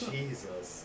Jesus